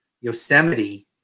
Yosemite